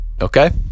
Okay